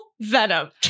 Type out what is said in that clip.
Venom